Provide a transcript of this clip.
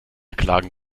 klagen